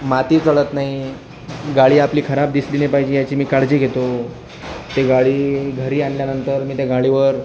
माती चढत नाही गाडी आपली खराब दिसली नाही पाहिजे याची मी काळजी घेतो ती गाडी घरी आणल्यानंतर मी त्या गाडीवर